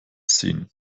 ziehen